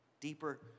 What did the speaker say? deeper